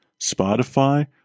Spotify